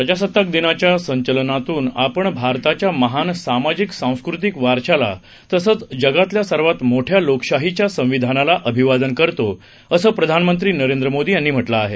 प्रजासत्ताकदिनाच्यासंचलनातूनआपणभारताच्यामहानसामाजिक सांस्कृतिकवारशालातसंचजगातल्यासर्वातमोठ्यालोकशाहीच्यासंविधानालाअभिवादनकरतोअसंप्रधानमंत्रीनरेंद्रमोदीया नीम्हटलंआहे